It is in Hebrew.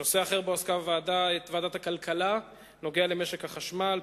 נושא אחר שוועדת הכלכלה בו נוגע למשק החשמל,